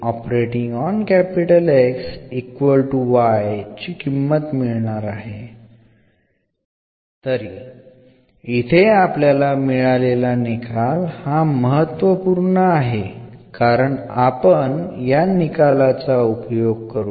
ഈ കോൺസ്റ്റൻറ് 0 ആകുമ്പോൾ എന്ന പദം അപ്രത്യക്ഷമാകും അടിസ്ഥാനപരമായി നമുക്ക് ന്റെ മൂല്യം എന്ന് ലഭിക്കും